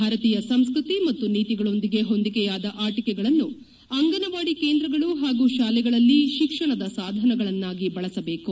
ಭಾರತೀಯ ಸಂಸ್ಕೃತಿ ಮತ್ತು ನೀತಿಗಳೊಂದಿಗೆ ಹೊಂದಿಕೆಯಾದ ಆಟಿಕೆಗಳನ್ನು ಅಂಗನವಾಡಿ ಕೇಂದ್ರಗಳು ಮತ್ತು ಶಾಲೆಗಳಲ್ಲಿ ಶಿಕ್ಷಣದ ಸಾಧನಗಳನ್ನಾಗಿ ಬಳಸಬೇಕು